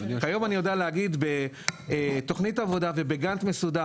היום אני יודע להגיד בתוכנית עבודה מסודרת